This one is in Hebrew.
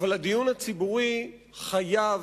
אבל הדיון הציבורי חייב,